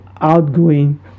outgoing